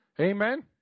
Amen